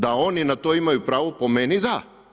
Da oni na to imaju pravo, po meni da.